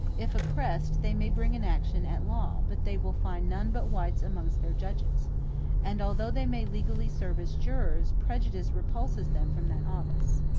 if oppressed, they may bring an action at law, but they will find none but whites amongst their judges and although they may legally serve as jurors, prejudice repulses them from that office.